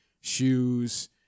shoes